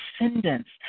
descendants